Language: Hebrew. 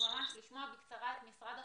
אני מבקשת לשמוע בקצרה את משרד החינוך,